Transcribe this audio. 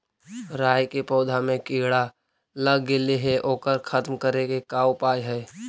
राई के पौधा में किड़ा लग गेले हे ओकर खत्म करे के का उपाय है?